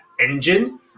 engine